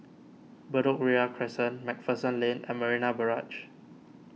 Bedok Ria Crescent MacPherson Lane and Marina Barrage